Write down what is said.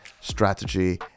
strategy